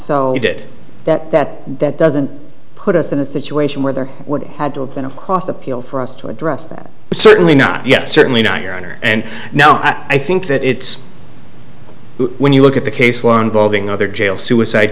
he did that that that doesn't put us in a situation where there would have to have been a cost appeal for us to address that but certainly not yet certainly not your honor and now i think that it's when you look at the case law involving other jail suicide